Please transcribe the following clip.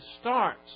starts